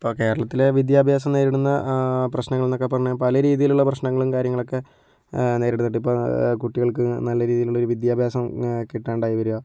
ഇപ്പോൾ കേരളത്തിലെ വിദ്യാഭ്യാസം നേരിടുന്ന പ്രശ്നങ്ങൾ എന്നൊക്കെ പറഞ്ഞാൽ പല രീതിലൊള്ള പ്രശ്നങ്ങളും കാര്യങ്ങളൊക്കെ നേരിടുന്നുണ്ട് ഇപ്പോൾ കുട്ടികൾക്ക് നല്ല രീതീലൊള്ളൊരു വിദ്യാഭ്യാസം കിട്ടാണ്ടായി വരുക